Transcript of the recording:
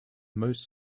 most